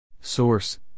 Source